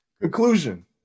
conclusion